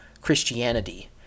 Christianity